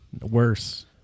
Worse